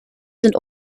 sind